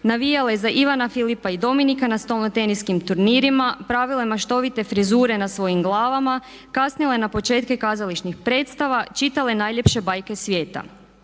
Navijale za Ivana, Filipa i Dominika na stolno teniskim turnirima, pravile maštovite frizure na svojim glavama, kasnile na početke kazališnih predstava, čitale najljepše bajke svijeta.